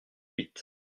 huit